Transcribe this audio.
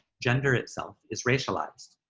gender itself is racialized.